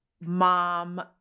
mom